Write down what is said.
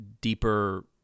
deeper